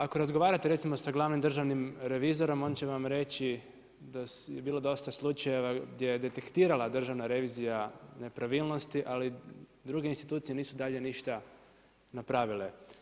Ako razgovarate recimo sa glavnim državnim revizorom on će vam reći da je bilo dosta slučajeva gdje je detektirala Državna revizija nepravilnosti, ali druge institucije nisu dalje ništa napravile.